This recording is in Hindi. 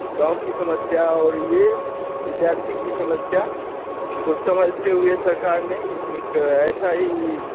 गाँव की समस्या और ये विद्यार्थी की समस्या को समझते हुए सरकार ने एक ऐसा ही